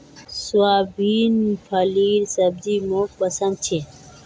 soybean फलीर सब्जी मोक पसंद छे